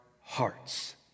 hearts